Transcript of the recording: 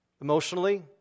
emotionally